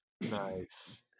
Nice